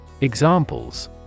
Examples